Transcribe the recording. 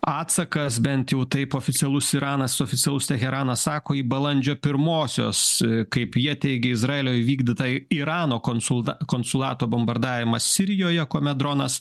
atsakas bent jau taip oficialus iranas oficialus teheranas sako į balandžio pirmosios kaip jie teigė izraelio įvykdytą irano konsulta konsulato bombardavimas sirijoje kuomet dronas